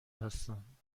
هستند